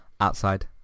outside